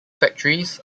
factories